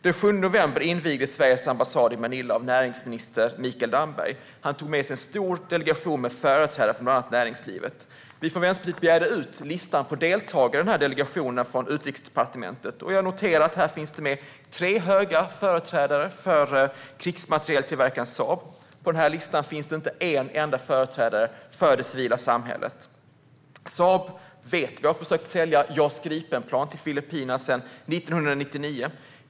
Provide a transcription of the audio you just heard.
Den 7 november invigdes Sveriges ambassad i Manila av näringsminister Mikael Damberg. Han tog med sig en stor delegation med företrädare från bland annat näringslivet. Vi från Vänsterpartiet begärde ut listan på deltagare i delegationerna från Utrikesdepartementet. Jag noterar att det finns med tre höga företrädare för krigsmaterieltillverkaren Saab. På listan finns inte en enda företrädare för det civila samhället. Vi vet att Saab har försökt att sälja JAS Gripen-plan till Filippinerna sedan 1999.